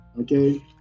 okay